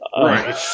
Right